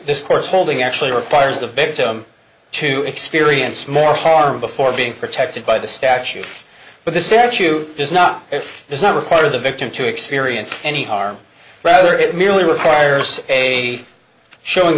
this court's holding actually requires the victim to experience more harm before being protected by the statute but the statute does not if there's no record of the victim to experience any harm rather it merely requires a showing